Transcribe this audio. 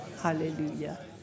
Hallelujah